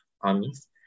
armies